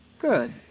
Good